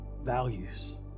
values